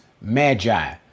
Magi